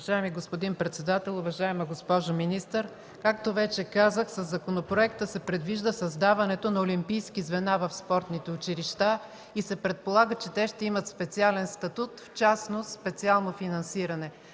Уважаеми господин председател, уважаема госпожо министър! Както вече казах, със законопроекта се предвижда създаването на олимпийски звена в спортните училища и се предполага, че те ще имат специален статут, в частност специално финансиране.